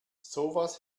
sowas